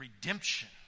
redemption